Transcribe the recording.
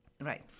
Right